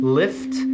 lift